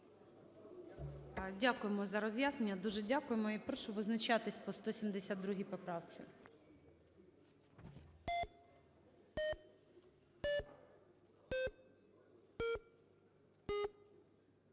Дякуємо за роз'яснення. Дуже дякуємо. І прошу визначатись по 172 поправці.